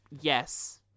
Yes